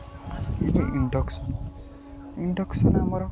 ଏ induction induction ଆମର